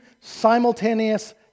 simultaneous